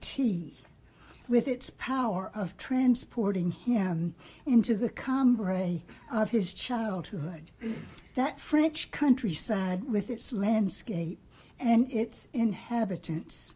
tea with its power of transporting him into the cumbrae of his childhood that french countryside with its landscape and its inhabitants